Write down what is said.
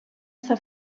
està